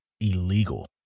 illegal